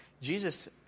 Jesus